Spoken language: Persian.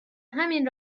همین